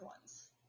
ones